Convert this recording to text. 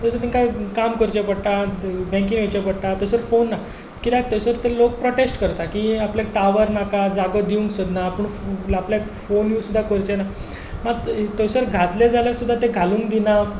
थंय सर तिका काम करचें पडटा बँकेन वयचें पडटा थंय सर फोन ना कित्याक थंयसर लोक प्रोटेस्ट करता की आपल्याक टावर नाका जागो दिवंक सोदना आपूण आपल्याक फोन यूज सुद्दां करचे ना थंय सर घातले जाल्यार सुद्दां ते घालूंक दिनात